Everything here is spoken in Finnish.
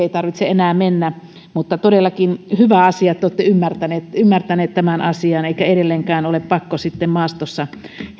ei tarvitse enää mennä mutta on todellakin hyvä asia että te olette ymmärtäneet tämän asian eikä edelleenkään ole pakko sitten maastossa heidän